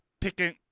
picking